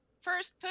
First